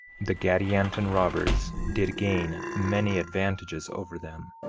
the gadianton robbers did gain many advantages over them.